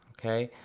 okay,